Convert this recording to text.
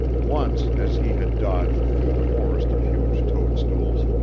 once as he had dodged through the forest of huge toadstools,